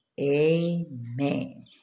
Amen